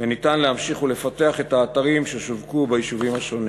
ואפשר להמשיך לפתח את האתרים ששווקו ביישובים השונים.